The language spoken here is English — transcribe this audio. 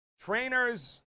trainers